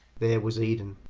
there was eden.